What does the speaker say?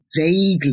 vaguely